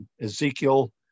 Ezekiel